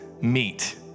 Meet